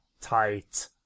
tight